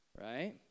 Right